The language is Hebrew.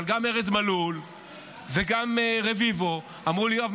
גם ארז מלול וגם רביבו אמרו לי: יואב,